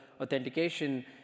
authentication